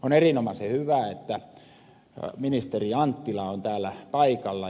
on erinomaisen hyvä että ministeri anttila on täällä paikalla